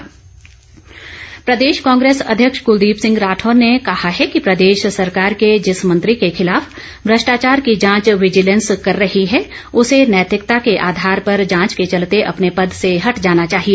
राठौर प्रदेश कांग्रेस अध्यक्ष कुलदीप सिंह राठौर ने कहा है कि प्रदेश सरकार के जिस मंत्री के खिलाफ भ्रष्टाचार की जांच विजिलेंस कर रही है उसे नैतिकता के आधार पर जांच के चलते अपने पद से हट जाना चाहिए